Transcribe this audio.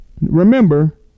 Remember